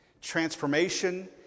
Transformation